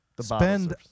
spend